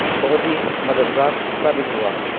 بہت ہی مددگار ثابت ہوا ہے